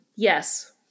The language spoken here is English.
Yes